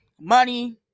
money